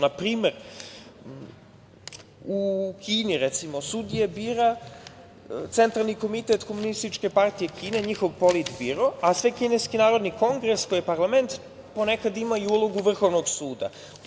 Na primer, u Kini sudije bira Centralni komitet komunističke partije Kine, njihov politbiro, a Svekineski narodni kongres, to je parlament, ponekad ima ulogu vrhovnog suda.